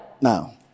Now